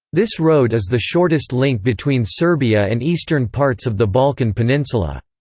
this road is the shortest link between serbia and eastern parts of the balkan peninsula.